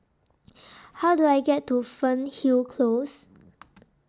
How Do I get to Fernhill Close